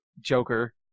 Joker